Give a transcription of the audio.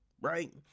right